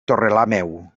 torrelameu